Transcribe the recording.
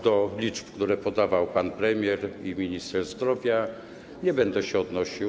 Do liczb, które podawali pan premier i minister zdrowia, nie będę się odnosił.